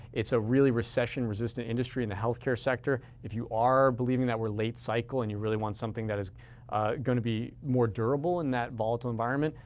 it's a really recession-resistant industry in the healthcare sector. if you are believing that we're late-cycle and you want something that is going to be more durable in that volatile environment,